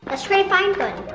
let's try to find one.